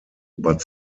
but